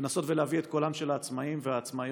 לנסות ולהביא את קולם של העצמאים והעצמאיות,